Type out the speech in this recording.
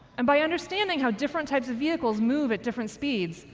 and, by understanding how different types of vehicles move at different speeds,